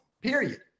period